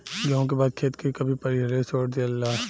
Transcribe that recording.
गेंहू के बाद खेत के कभी पलिहरे छोड़ दियाला